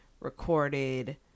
recorded